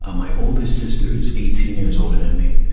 ah my oldest sister is eighteen years older than me.